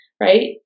right